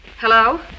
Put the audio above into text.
Hello